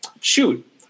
shoot